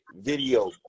video